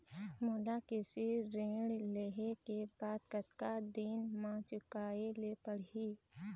मोला कृषि ऋण लेहे के बाद कतका दिन मा चुकाए ले पड़ही?